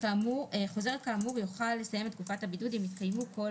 חוזר מחלים שלא שהה ב-14 הימים שקדמו להגעתו